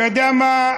אתה יודע מה,